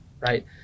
right